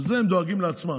בזה הם דואגים לעצמם.